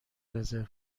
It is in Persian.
رزرو